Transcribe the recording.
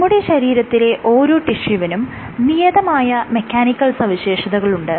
നമ്മുടെ ശരീരത്തിലെ ഓരോ ടിഷ്യുവിനും നിയതമായ മെക്കാനിക്കൽ സവിശേഷതകളുണ്ട്